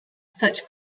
such